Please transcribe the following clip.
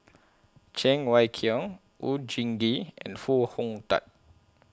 Cheng Wai Keung Oon Jin Gee and Foo Hong Tatt